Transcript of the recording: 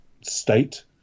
state